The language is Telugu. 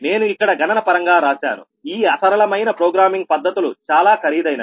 నేను ఇక్కడ గణన పరంగా రాశాను ఈ అసరళమైన ప్రోగ్రామింగ్ పద్ధతులు చాలా ఖరీదైనవి